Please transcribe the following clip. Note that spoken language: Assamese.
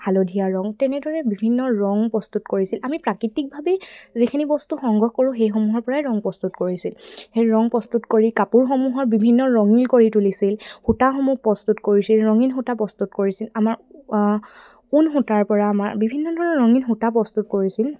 হালধীয়া ৰং তেনেদৰে বিভিন্ন ৰং প্ৰস্তুত কৰিছিল আমি প্ৰাকৃতিকভাৱেই যিখিনি বস্তু সংগ্ৰহ কৰোঁ সেইসমূহৰ পৰাই ৰং প্ৰস্তুত কৰিছিল সেই ৰং প্ৰস্তুত কৰি কাপোৰসমূহৰ বিভিন্ন ৰঙীণ কৰি তুলিছিল সূতাসমূহ প্ৰস্তুত কৰিছিল ৰঙীন সূতা প্ৰস্তুত কৰিছিল আমাৰ ঊন সূতাৰ পৰা আমাৰ বিভিন্ন ধৰণৰ ৰঙীণ সূতা প্ৰস্তুত কৰিছিল